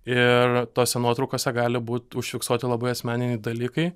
ir tose nuotraukose gali būt užfiksuoti labai asmeniniai dalykai